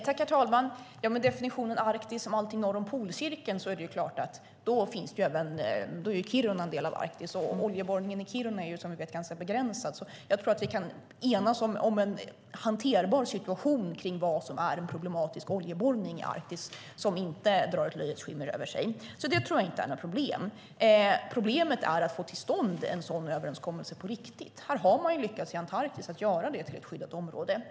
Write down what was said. Herr talman! Med en definition av Arktis som allt norr om polcirkeln är Kiruna en del av Arktis, och oljeborrningen i Kiruna är som bekant ganska begränsad. Jag tror att vi kan enas om en hanterbar definition av vad som är en problematisk oljeborrning i Arktis och som inte får ett löjets skimmer över sig. Det tror jag inte är något problem. Problemet är att få till stånd en sådan överenskommelse på riktigt. Man har lyckats göra Antarktis till ett skyddat område.